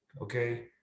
Okay